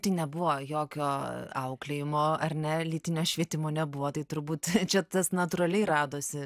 tai nebuvo jokio auklėjimo ar ne lytinio švietimo nebuvo tai turbūt čia tas natūraliai radosi